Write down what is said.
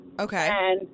Okay